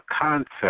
concept